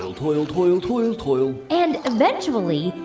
toil, toil, toil, toil and eventually,